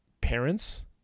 parents